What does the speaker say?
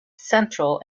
central